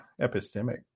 epistemic